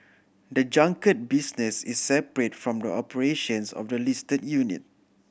the junket business is separate from the operations of the listed unit